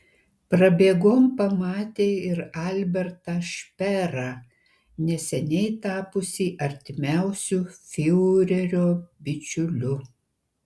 prabėgom pamatė ir albertą šperą neseniai tapusį artimiausiu fiurerio bičiuliu